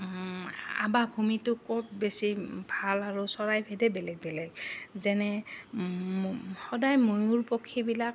আৱাস ভূমিটো ক'ত বেছি ভাল আৰু চৰাইভেদে বেলেগ বেলেগ যেনে সদায় ময়ূৰ পক্ষীবিলাক